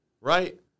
Right